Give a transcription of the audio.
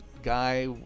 guy